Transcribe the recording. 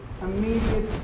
immediate